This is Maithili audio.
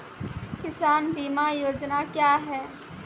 किसान बीमा योजना क्या हैं?